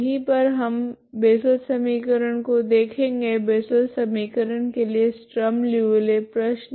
यही पर हम बेसल समीकरण को देखेगे बेसल समीकरण के लिए स्ट्रीम लीऔविल्ले प्रश्न